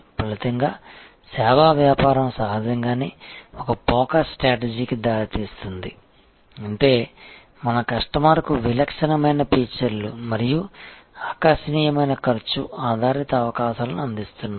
ఫలితంగా సేవా వ్యాపారం సహజంగానే ఒక ఫోకస్ స్ట్రాటజీకి దారితీస్తుంది అంటే మనం కస్టమర్కు విలక్షణమైన ఫీచర్లు మరియు ఆకర్షణీయమైన ఖర్చు ఆధారిత అవకాశాలను అందిస్తున్నాము